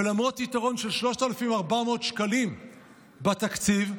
ולמרות יתרון של 3,400 שקלים בתקציב,